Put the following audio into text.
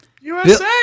USA